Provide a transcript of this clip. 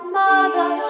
mother